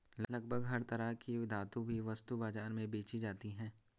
लगभग हर तरह की धातु भी वस्तु बाजार में बेंची जाती है